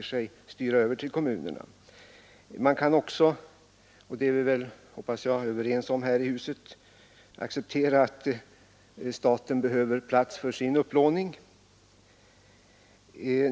att styras över till kommunerna. Man kan väl också — och det är vi väl, hoppas jag, överens om här i kammaren — acceptera att staten behöver plats för sin upplåning.